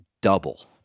double